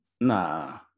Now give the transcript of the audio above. Nah